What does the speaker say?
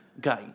game